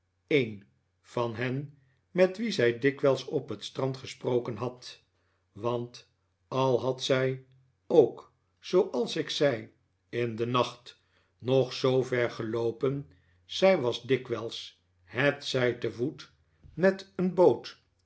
een van hen met wie zij dikwijls op het strand gesproken had want al had zij ook zooals ik zei in den nacht nog zoover geloopen zij was dikwijls hetzij te voet f met een boot